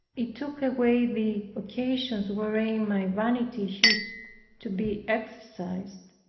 it took away the occasions wherein my vanity used to be exercised.